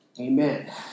Amen